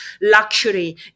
luxury